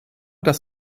das